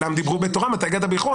כולם דיברו בתורם, אתה הגעת באיחור.